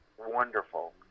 wonderful